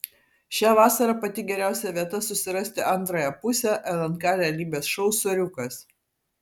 šią vasarą pati geriausia vieta susirasti antrąją pusę lnk realybės šou soriukas